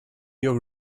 your